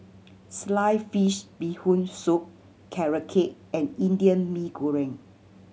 sliced fish Bee Hoon Soup Carrot Cake and Indian Mee Goreng